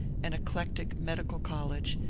an eclectic med ical college,